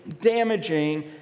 damaging